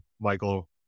michael